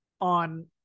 on